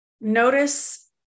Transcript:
notice